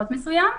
זאת אומרת,